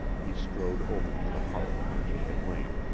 he strode over to the hearth where she had lain,